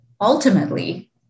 ultimately